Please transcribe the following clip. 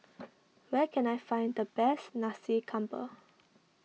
where can I find the best Nasi Campur